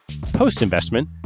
Post-investment